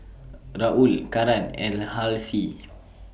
Raul Karan and Halsey